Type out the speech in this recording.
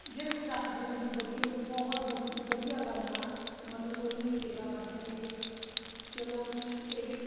ਜਿਹੜੇ ਕੋਈ ਰੱਖਦੇ ਨੇ ਵੀ ਉਹ ਵਧੀਆ ਬਹੁਤ ਵਧ ਵਧੀਆ ਗੱਲ ਆ ਮਤਲਬ ਉਹਦੀ ਸੇਵਾ ਕਰਦੇ ਨੇਗੇ ਚੱਲੋ ਵੀ ਇਹ ਵੀ